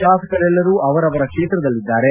ಶಾಸಕರೆಲ್ಲರೂ ಅವರವರ ಕ್ಷೇತ್ರದಲ್ಲಿದ್ದಾರೆ